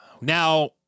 Now